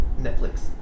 Netflix